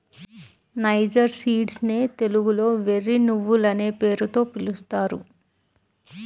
niger seeds నే తెలుగులో వెర్రి నువ్వులనే పేరుతో పిలుస్తారు